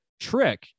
trick